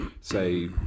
say